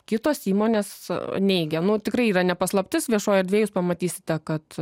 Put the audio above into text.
kitos įmonės neigia nu tikrai yra ne paslaptis viešoj erdvėj jūs pamatysite kad